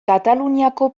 kataluniako